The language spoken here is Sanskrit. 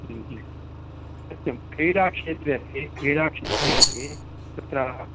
सत्यं क्रीडाक्षेत्रम् अपि क्रीडाक्षेत्रम् अपि तत्र